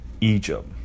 Egypt